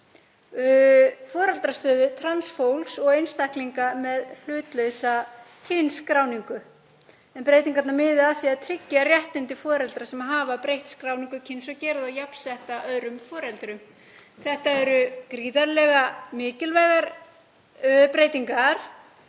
foreldrastöðu trans fólks og einstaklinga með hlutlausa kynskráningu. Breytingarnar miða að því að tryggja réttindi foreldra sem hafa breytt skráningu kyns og gera þá jafnsetta öðrum foreldrum. Þetta eru gríðarlega mikilvægar breytingar